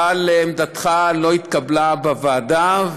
אבל עמדתך לא התקבלה בוועדה.